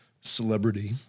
celebrity